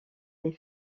les